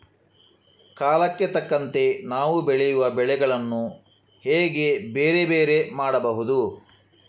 ಕಾಲಕ್ಕೆ ತಕ್ಕಂತೆ ನಾವು ಬೆಳೆಯುವ ಬೆಳೆಗಳನ್ನು ಹೇಗೆ ಬೇರೆ ಬೇರೆ ಮಾಡಬಹುದು?